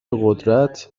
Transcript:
قدرت